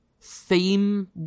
theme